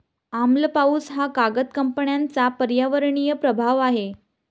आम्ल पाऊस हा कागद कंपन्यांचा पर्यावरणीय प्रभाव आहे